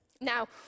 now